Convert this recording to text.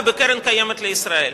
ובקרן קיימת לישראל.